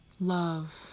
Love